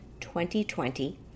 2020